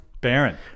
baron